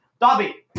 Dobby